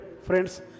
friends